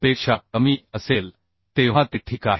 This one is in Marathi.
पेक्षा कमी असेल तेव्हा ते ठीक आहे